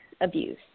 abuse